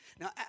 Now